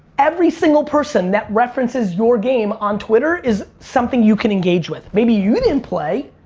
every single person that references your game on twitter is something you can engage with. maybe you didn't play,